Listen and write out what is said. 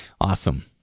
awesome